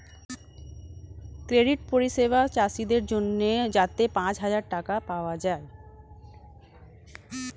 credit পরিষেবা চাষীদের জন্যে যাতে পাঁচ হাজার টাকা পাওয়া যায়